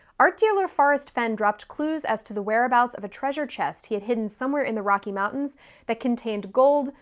art dealer forrest fenn dropped clues as to the whereabouts of a treasure chest he had hidden somewhere in the rocky mountains that contained gold,